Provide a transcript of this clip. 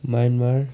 Myanmar